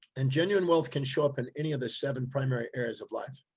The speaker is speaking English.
and genuine wealth can show up in any of the seven primary areas of life.